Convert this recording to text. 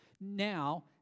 Now